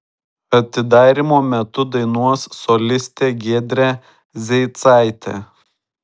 atidarymo metu dainuos solistė giedrė zeicaitė